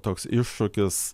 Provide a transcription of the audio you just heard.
toks iššūkis